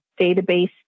database